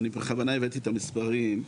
בכוונה הבאתי את המספרים.